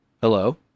Hello